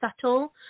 subtle